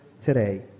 today